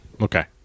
okay